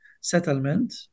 settlement